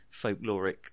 folkloric